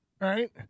right